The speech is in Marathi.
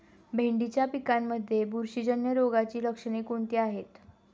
भेंडीच्या पिकांमध्ये बुरशीजन्य रोगाची लक्षणे कोणती आहेत?